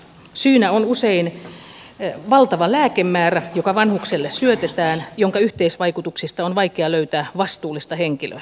syynä on usein valtava lääkemäärä joka vanhukselle syötetään jonka yhteisvaikutuksista on vaikea löytää vastuullista henkilöä